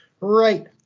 right